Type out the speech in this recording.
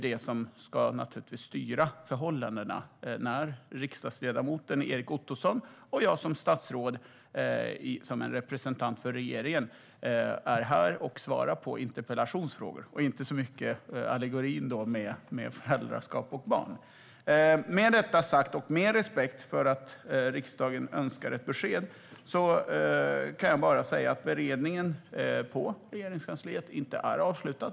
Det ska naturligtvis styra förhållandet när riksdagsledamoten Erik Ottoson och jag som statsråd, som representant för regeringen, debatterar. Då gäller inte så mycket allegorin om föräldraskap och barn. Med detta sagt och med respekt för att riksdagen vill ha besked kan jag bara säga att beredningen vid Regeringskansliet inte är avslutad.